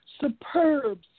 Superb